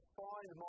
find